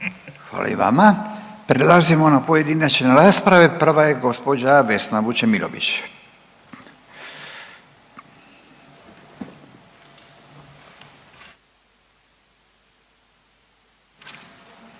Hvala i vama. Prelazimo na pojedinačne rasprave. Prva je gospođa Vesna Vučemilović, izvolite.